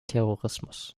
terrorismus